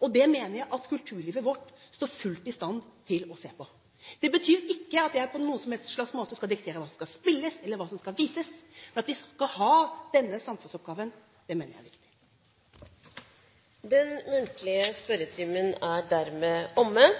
og det mener jeg at kulturlivet vårt er fullt i stand til å se på. Det betyr ikke at jeg på noen som helst slags måte skal diktere hva som skal spilles, eller hva som skal vises, for at de skal ha denne samfunnsoppgaven, mener jeg er viktig. Den muntlige spørretimen er dermed omme,